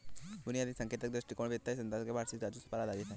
बुनियादी संकेतक दृष्टिकोण वित्तीय संस्थान के वार्षिक राजस्व पर आधारित है